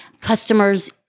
customers